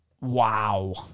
wow